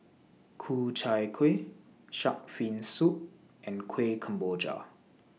Ku Chai Kuih Shark's Fin Soup and Kueh Kemboja